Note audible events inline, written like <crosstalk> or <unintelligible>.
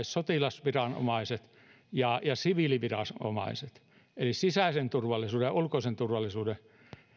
<unintelligible> sotilasviranomaiset ja siviiliviranomaiset eli sisäisen turvallisuuden ja ulkoisen turvallisuuden